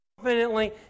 confidently